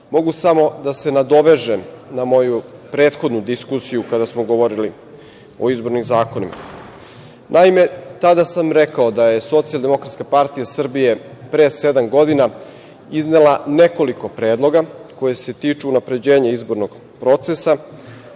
mogu samo da se nadovežem na moju prethodnu diskusiju kada smo govorili o izbornim zakonima. Naime, tada sam rekao da je SDPS pre sedam godina iznela nekoliko predloga koji se tiču unapređenja izbornog procesa,